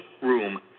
room